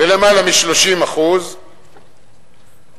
בלמעלה מ-30% מילא,